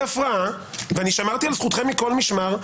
הפרעה ואני שמרתי על זכותכם מכל משמר,